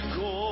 go